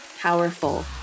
powerful